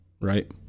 right